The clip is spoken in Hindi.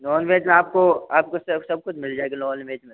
नोन वेज में आपको आपको सब कुछ मिल जायेगा नोन वेज में